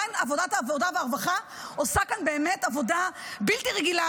ועדת העבודה והרווחה עושה כאן באמת עבודה בלתי רגילה